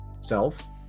Self